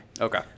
Okay